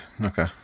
okay